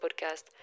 podcast